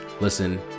Listen